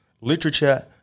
literature